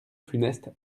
funeste